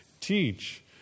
teach